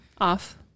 off